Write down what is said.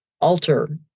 alter